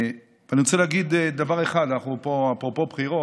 אני רוצה להגיד דבר אחד, אפרופו בחירות: